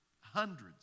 Hundreds